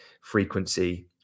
frequency